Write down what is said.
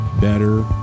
better